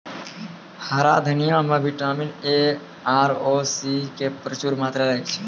हरा धनिया मॅ विटामिन ए आरो सी के प्रचूर मात्रा रहै छै